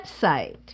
website